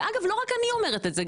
אגב, לא רק אני אומרת את זה.